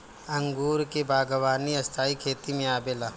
अंगूर के बागवानी स्थाई खेती में आवेला